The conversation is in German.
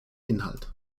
inhalt